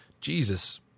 Jesus